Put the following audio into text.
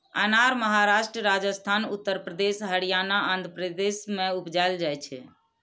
अनार महाराष्ट्र, राजस्थान, उत्तर प्रदेश, हरियाणा, आंध्र प्रदेश मे उपजाएल जाइ छै